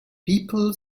people